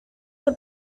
por